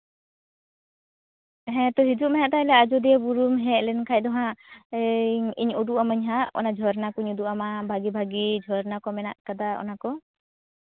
ᱦᱮᱸ ᱛᱚ ᱦᱤᱡᱩᱜ ᱢᱮ ᱦᱟᱸᱜ ᱛᱟᱦᱚᱞᱮ ᱟᱡᱚᱫᱤᱭᱟᱹ ᱵᱩᱨᱩᱢ ᱦᱮᱡ ᱞᱮᱱᱠᱷᱟᱱ ᱫᱚ ᱦᱟᱸᱜ ᱤᱧ ᱩᱫᱩᱜ ᱟᱹᱢᱟᱹᱧ ᱦᱟᱸᱜ ᱚᱱᱟ ᱡᱷᱚᱨᱱᱟ ᱠᱚᱧ ᱩᱫᱩᱜ ᱟᱢᱟ ᱵᱷᱟᱜᱮ ᱵᱷᱟᱜᱮ ᱡᱷᱚᱨᱱᱟ ᱠᱚ ᱢᱮᱱᱟᱜ ᱠᱟᱫᱟ ᱚᱱᱟ ᱠᱚ